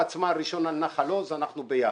מהפצמ"ר הראשון על נחל עוז, אמיר ואני ביחד.